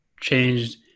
changed